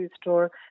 store